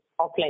offline